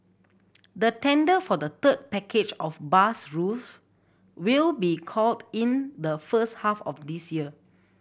the tender for the third package of bus routes will be called in the first half of this year